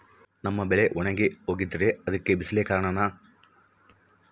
ನಮ್ಮ ಬೆಳೆ ಒಣಗಿ ಹೋಗ್ತಿದ್ರ ಅದ್ಕೆ ಬಿಸಿಲೆ ಕಾರಣನ?